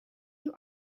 you